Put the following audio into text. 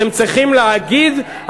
אתם צריכים להגיד,